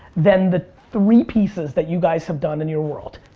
then the three pieces that you guys have done in your world.